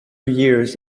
years